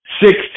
six